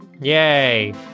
Yay